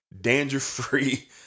danger-free